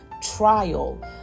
trial